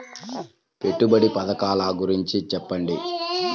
పెట్టుబడి పథకాల గురించి చెప్పండి?